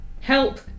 help